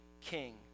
king